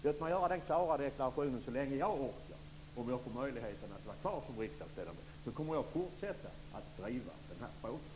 Låt mig göra den klara deklarationen: Så länge jag orkar och om jag får möjlighet att vara kvar som riksdagsledamot kommer jag att fortsätta att driva den här frågan.